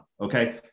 Okay